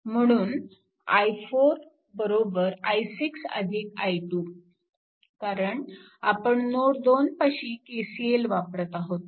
म्हणून i4 i6 i2 कारण आपण नोड 2 पाशी KCL वापरत आहोत